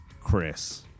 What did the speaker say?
Chris